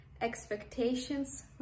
expectations